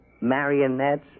Marionettes